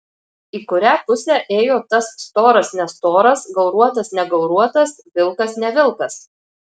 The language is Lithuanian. į kurią pusę ėjo tas storas nestoras gauruotas negauruotas vilkas ne vilkas